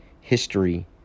history